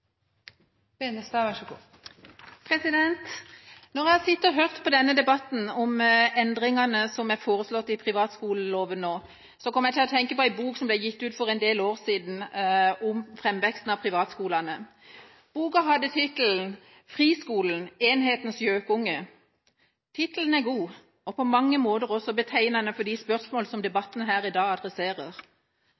foreslått i privatskoleloven, kom jeg til å tenke på en bok som ble utgitt for en del år siden, om framveksten av privatskolene. Boka hadde tittelen «Friskolen – enhetsskolens gjøkunge?». Tittelen er god og på mange måter også betegnende for de spørsmål som